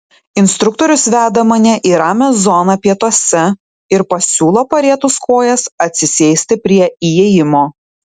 instruktorius veda mane į ramią zoną pietuose ir pasiūlo parietus kojas atsisėsti prie įėjimo